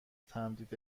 تمدید